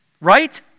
Right